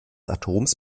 atoms